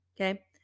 Okay